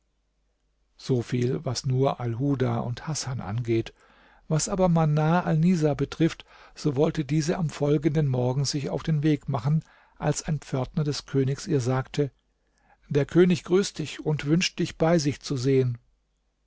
so viel was nur alhuda und hasan angeht was aber manar alnisa betrifft so wollte diese am folgenden morgen sich auf den weg machen als ein pförtner des königs ihr sagte der könig grüßt dich und wünscht dich bei sich zu sehen